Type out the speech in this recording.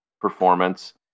performance